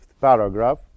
paragraph